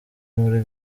muri